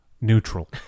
neutral